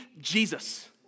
Jesus